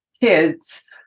kids